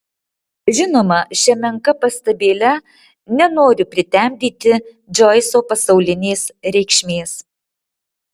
žinoma šia menka pastabėle nenoriu pritemdyti džoiso pasaulinės reikšmės